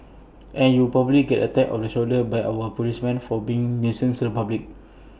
and you will probably get A tap on the shoulder by our policemen for being nuisance to the public